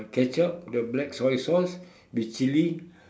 ketchup the black soy sauce with Chili